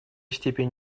степень